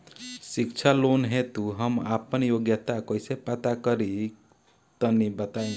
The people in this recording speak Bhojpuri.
शिक्षा लोन हेतु हम आपन योग्यता कइसे पता करि तनि बताई?